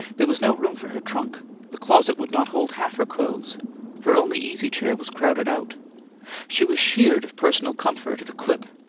there was no room for her trunk the closet would not hold half her clothes her only easy chair was crowded out she was sheared of personal comfort at a clip,